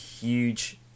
huge